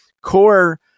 core